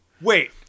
Wait